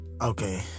okay